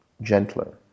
gentler